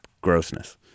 grossness